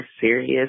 serious